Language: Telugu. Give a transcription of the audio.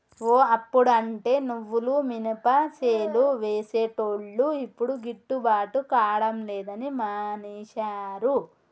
ఓ అప్పుడంటే నువ్వులు మినపసేలు వేసేటోళ్లు యిప్పుడు గిట్టుబాటు కాడం లేదని మానేశారు